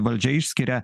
valdžia išskiria